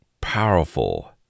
powerful